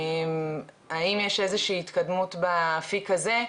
האם יש איזושהי התקדמות באפיק הזה?